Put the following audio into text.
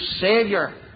Savior